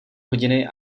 hodiny